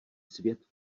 svět